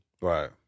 Right